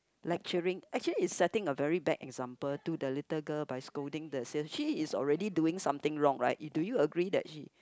like cheering actually is setting a very bad example to the little girl by scolding the sales she is already doing something wrong right do you agree that she